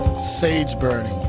sage burning